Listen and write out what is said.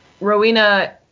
Rowena